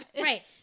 right